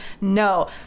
No